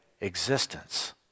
existence